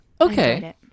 okay